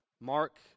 Mark